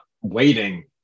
waiting